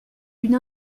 d’une